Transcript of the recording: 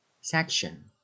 Section